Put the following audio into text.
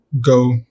go